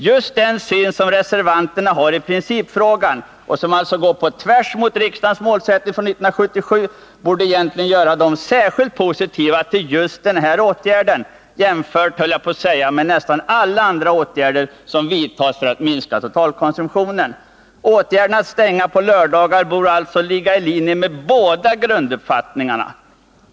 Just den syn som reservanterna har i principfrågan och som alltså går på tvärs mot riksdagens målsättning från 1977 borde egentligen göra dem särskilt positiva till denna åtgärd jämfört med — höll jag på att säga — nästan alla andra åtgärder som vidtas för att minska totalkonsumtionen. Åtgärden att stänga på lördagarna borde alltså ligga i linje med båda grunduppfattningarna.